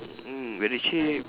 mm very cheap